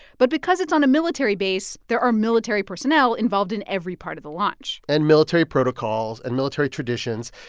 but because it's on a military base, there are military personnel involved in every part of the launch and military protocols and military traditions.